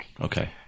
Okay